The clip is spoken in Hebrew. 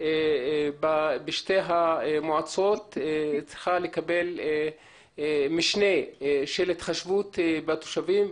בשתי המועצות צריכה לקבל משנה של התחשבות בתושבים.